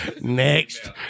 Next